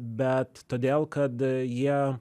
bet todėl kad jie